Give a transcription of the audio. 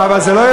זה לא נכון.